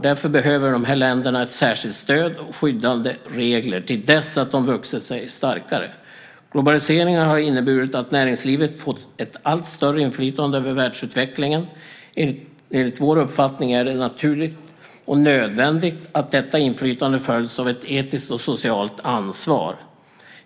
Därför behöver dessa länder ett särskilt stöd och skyddande regler till dess att de vuxit sig starkare. Globaliseringen har inneburit att näringslivet fått ett allt större inflytande över världsutvecklingen. Enligt vår uppfattning är det naturligt och nödvändigt att detta inflytande följs av ett etiskt och socialt ansvar.